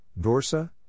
Dorsa